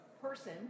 person